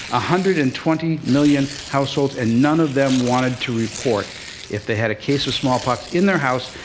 ah hundred and twenty million households, and none of them wanted to report if they had a case of smallpox in their house,